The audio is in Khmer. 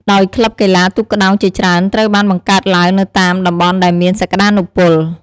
ដោយក្លឹបកីឡាទូកក្ដោងជាច្រើនត្រូវបានបង្កើតឡើងនៅតាមតំបន់ដែលមានសក្ដានុពល។